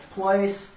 place